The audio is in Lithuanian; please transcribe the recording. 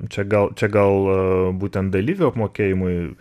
čia gal čia gal būtent dalyvių apmokėjimui